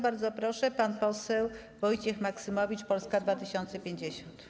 Bardzo proszę, pan poseł Wojciech Maksymowicz, Polska 2050.